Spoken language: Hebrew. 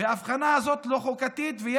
וההבחנה הזאת לא חוקתית.